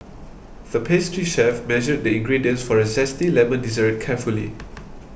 the pastry chef measured the ingredients for a Zesty Lemon Dessert carefully